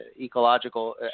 ecological